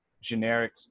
generic